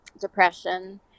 depression